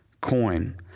coin